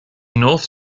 north